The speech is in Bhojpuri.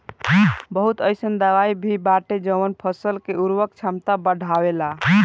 बहुत अईसन दवाई भी बाटे जवन फसल के उर्वरक क्षमता बढ़ावेला